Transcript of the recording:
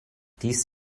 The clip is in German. dies